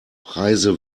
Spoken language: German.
preise